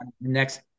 Next